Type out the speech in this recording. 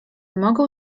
mogą